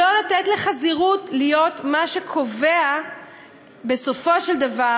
לא לתת לחזירות להיות מה שקובע בסופו של דבר